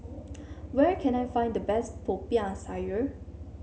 where can I find the best Popiah Sayur